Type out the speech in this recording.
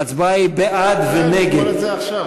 ההצבעה היא בעד ונגד.